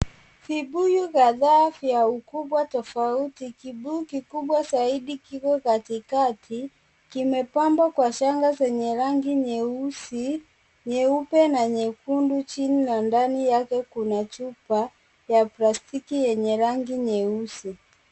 Vibuyu kadhaa vya ukubwa tofauti. Kibuyu kikubwa zaidi kiko katikati. Kimepambwa kwa shanga zenye rangi nyeusi, nyeupe na nyekundu. Chini na ndani yake, kuna chupa ya plastiki yenye rangi nyeusi.